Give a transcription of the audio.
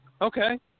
Okay